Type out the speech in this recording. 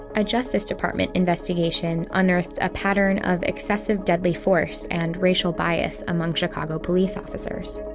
a justice department investigation unearthed a pattern of excessive deadly force and racial bias among chicago police officers.